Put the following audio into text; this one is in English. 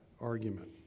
argument